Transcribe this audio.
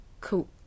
cool